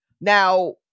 Now